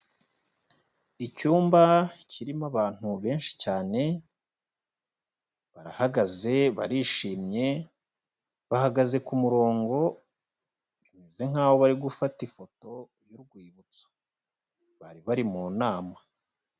Icyumba kirimo abantu benshi cyane, barahagaze, barishimye, bahagaze ku murongo, bimeze nkaho bari gufata ifoto y'urwibutso, bari bari mu nama.